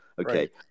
okay